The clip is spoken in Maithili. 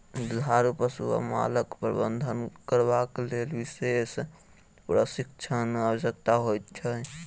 दुधारू पशु वा मालक प्रबंधन करबाक लेल विशेष प्रशिक्षणक आवश्यकता होइत छै